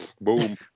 Boom